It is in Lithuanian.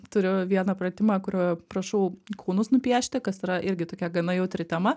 turiu vieną pratimą kur prašau kūnus nupiešti kas yra irgi tokia gana jautri tema